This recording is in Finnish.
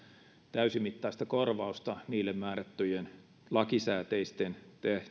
täysimittaista korvausta niille määrättyjen lakisääteisten